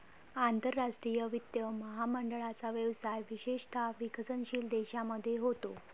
आंतरराष्ट्रीय वित्त महामंडळाचा व्यवसाय विशेषतः विकसनशील देशांमध्ये होतो